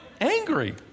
Angry